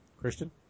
Christian